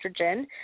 estrogen